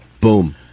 Boom